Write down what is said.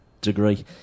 degree